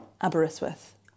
Aberystwyth